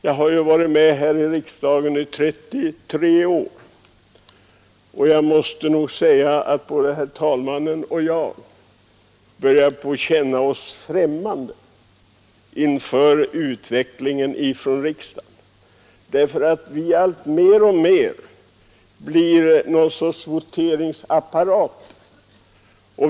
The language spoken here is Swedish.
Jag har varit med här i riksdagen i 33 år, och jag måste säga att både herr talmannen och jag börjar känna oss främmande inför utvecklingen i riksdagen, därför att den alltmer blir någon sorts voteringsapparat.